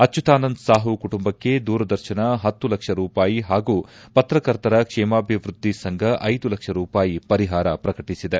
ಅಚ್ಯುತಾನಂದ್ ಸಾಹು ಕುಟುಂಬಕ್ಕೆ ದೂರದರ್ಶನ ಹತ್ತು ಲಕ್ಷ ರೂಪಾಯಿ ಹಾಗೂ ಪತ್ರಕರ್ತರ ಕ್ಷೇಮಾಭಿವೃದ್ಧಿ ಸಂಘ ಐದು ಲಕ್ಷ ರೂಪಾಯಿ ಪರಿಹಾರ ಪ್ರಕಟಿಸಿದೆ